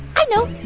i know